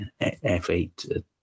F8